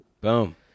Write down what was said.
Boom